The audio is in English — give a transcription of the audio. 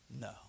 No